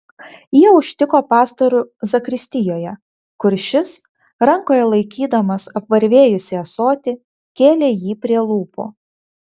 jie užtiko pastorių zakristijoje kur šis rankoje laikydamas apvarvėjusį ąsotį kėlė jį prie lūpų